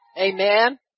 Amen